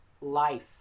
life